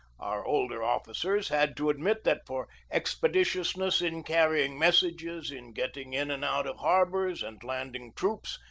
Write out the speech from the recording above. our older officers had to admit that for expeditiousness in carrying mes sages, in getting in and out of harbors and landing troops,